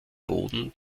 boden